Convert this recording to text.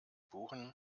buchen